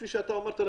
כפי שאמרת,